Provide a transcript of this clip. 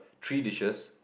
three dishes